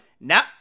Now